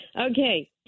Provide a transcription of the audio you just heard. Okay